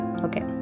Okay